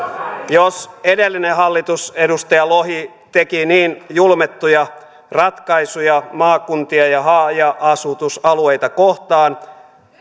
jos edellinen hallitus edustaja lohi teki niin julmettuja ratkaisuja maakuntia ja haja asutusalueita kohtaan